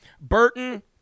Burton